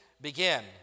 Begin